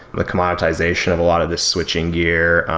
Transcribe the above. the commoditization of a lot of the switching gear.